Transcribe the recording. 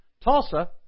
Tulsa